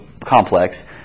complex